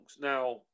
now